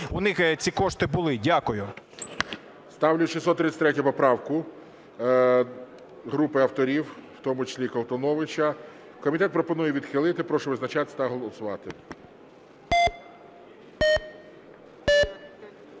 у них ці кошти були. Дякую. ГОЛОВУЮЧИЙ. Ставлю 633 поправку групи авторів, в тому числі і Колтуновича. Комітет пропонує відхилити. Прошу визначатись та голосувати.